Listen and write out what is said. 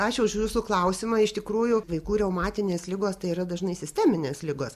ačiū už jūsų klausimą iš tikrųjų vaikų reumatinės ligos tai yra dažnai sisteminės ligos